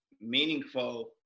meaningful